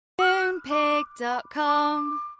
Moonpig.com